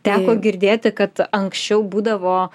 teko girdėti kad anksčiau būdavo